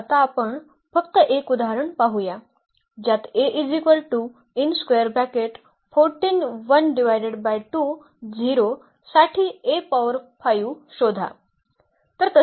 तर आता आपण फक्त एक उदाहरण पाहूया ज्यात साठी शोधा